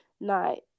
night